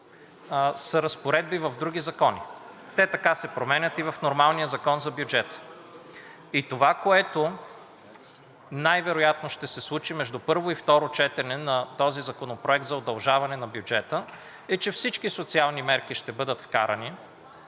са разпоредби в други закони – те така се променят и в нормалния Закон за бюджета. Това, което най-вероятно ще се случи между първо и второ четене на този Законопроект за удължаване на бюджета, е, че всички социални мерки ще бъдат вкарани,